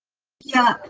yeah,